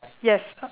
yes